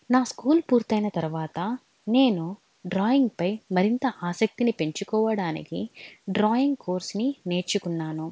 నా స్కూల్ పూర్తైన తర్వాత నేను డ్రాయింగ్పై మరింత ఆసక్తిని పెంచుకోవడానికి డ్రాయింగ్ కోర్స్ని నేర్చుకున్నాను